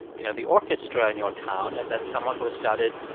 you know, the orchestra in your town, and that's someone who has started,